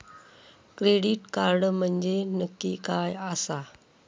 Credit card म्हंजे नक्की काय आसा?